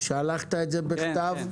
שלחת את זה בכתב?